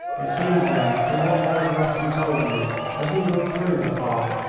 it seems, then, from what lord rufton told me as we walked through the park,